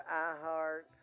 iHeart